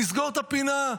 נסגור את הפינה.